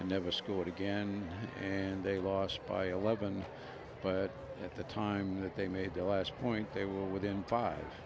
and never scored again and they lost by eleven but at the time that they made that last point they were within five